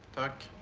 at